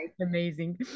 Amazing